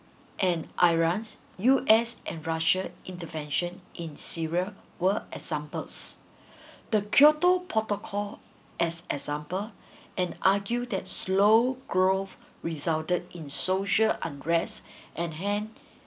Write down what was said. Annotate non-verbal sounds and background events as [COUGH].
and iran U_S and russia's intervention in syria war were examples [BREATH] the kyoto protocol as example and argue that slow growth resulted in social unrest [BREATH] and hand